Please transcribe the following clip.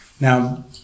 Now